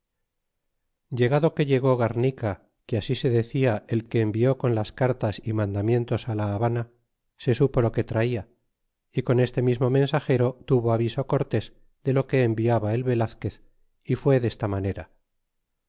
llegado que llegó garnica que así se decia el que envió con las cartas y mandamientos á la habana se supo lo que rala y con este mismo mensagero tuvo aviso cortés de lo que enviaba el velazquez y fue desta manera